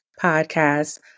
podcast